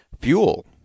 fuel